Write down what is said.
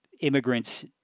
immigrants